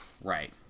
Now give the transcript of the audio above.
Right